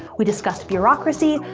we discussed bureaucracy,